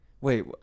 Wait